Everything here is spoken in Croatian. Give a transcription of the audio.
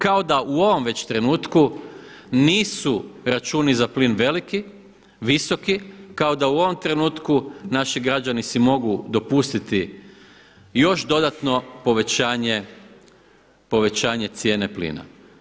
Kao da u ovom već trenutku nisu računi za plin visoki, kao da u ovom trenutku naši građani si mogu dopustiti još dodatno povećanje cijene plina.